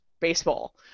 baseball